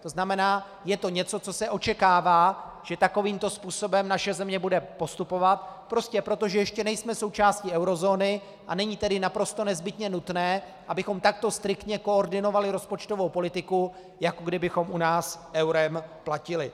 To znamená je to něco, co se očekává, že takovýmto způsobem naše země bude postupovat, prostě proto, že ještě nejsme součástí eurozóny, a není tedy naprosto nezbytně nutné, abychom takto striktně koordinovali rozpočtovou politiku, jako kdybychom u nás eurem platili.